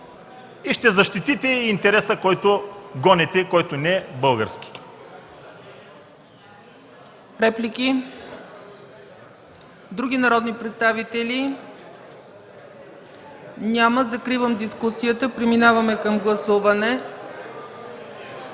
и ще защитите интереса, който гоните и който не е български.